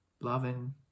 Loving